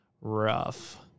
rough